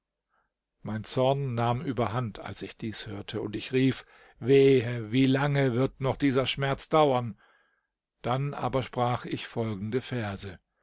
mein zorn nahm überhand als ich dies hörte und ich rief wehe wie lange wird noch dieser schmerz dauern dann aber sprach ich folgende verse